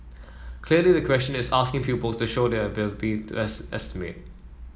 clearly the question is asking pupils to show their ability to es estimate